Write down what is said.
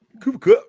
Cooper